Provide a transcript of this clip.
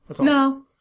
No